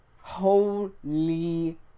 Holy